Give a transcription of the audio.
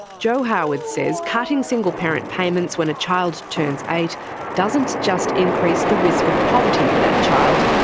jo howard says cutting single parent payments when a child turns eight doesn't just increase the risk of poverty for that child,